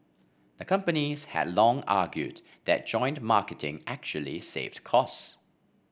a companies had long argued that joint marketing actually saved cost